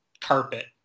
carpet